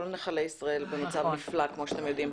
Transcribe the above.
כל נחלי ישראל במצב נפלא, כמו שאתם יודעים.